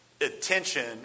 attention